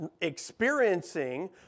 experiencing